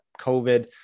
COVID